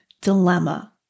dilemma